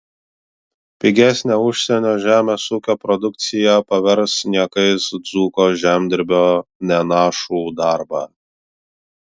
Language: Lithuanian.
pigesnė užsienio žemės ūkio produkcija pavers niekais dzūko žemdirbio nenašų darbą